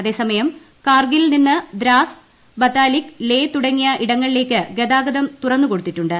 അതേസമയം കാർഗിൽ നിന്ന് ദ്രാസ് ബതാലിക് ലേ തുടങ്ങിയ ഇടങ്ങളിലേക്ക് ഗതാഗതം തുറന്നു കൊടുത്തിട്ടുണ്ട്